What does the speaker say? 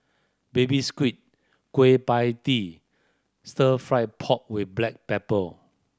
Baby Squid Kueh Pie Tee Stir Fry pork with black pepper